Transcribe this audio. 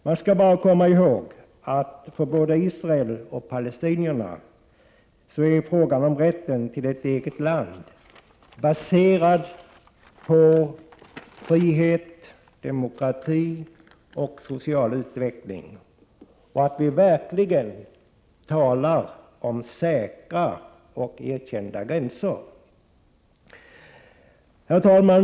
Man skall bara komma ihåg att både för Israel och för palestinierna är frågan om rätten till ett eget land baserad på begrepp som frihet, demokrati och social utveckling och att vi verkligen talar om säkra och erkända gränser. Herr talman!